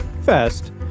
First